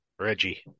Reggie